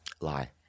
Lie